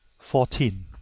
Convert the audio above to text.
fourteen.